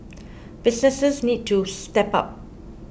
businesses need to step up